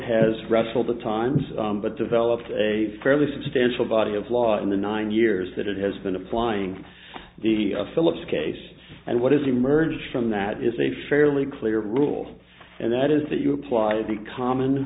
has wrestled the times but developed a fairly substantial body of law in the nine years that it has been applying the phillips case and what is emerge from that is a fairly clear rule and that is that you apply the common